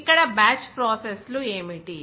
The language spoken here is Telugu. ఇక్కడ బ్యాచ్ ప్రాసెస్లు ఏమిటి